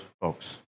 folks